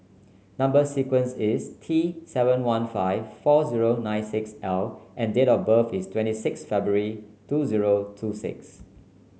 number sequence is T seven one five four zero nine six L and date of birth is twenty six February two zero two six